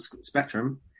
spectrum